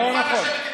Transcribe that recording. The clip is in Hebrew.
זה נכון מאוד.